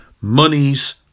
Monies